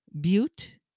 Butte